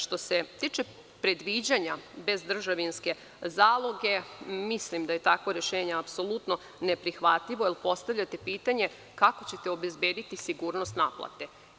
Što se tiče predviđanja bezdržavinske zaloge, mislim da je takvo rešenje apsolutno neprihvatljivo, jer postavljate pitanje kako ćete obezbediti sigurnost naplate.